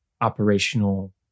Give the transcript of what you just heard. operational